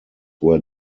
were